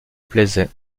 plaisait